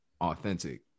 authentic